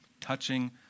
touching